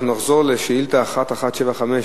אנחנו נחזור לשאילתא 1175,